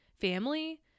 family